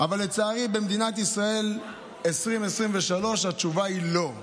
אבל לצערי, במדינת ישראל 2023 התשובה היא לא,